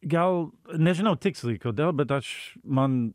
gal nežinau tiksliai kodėl bet aš man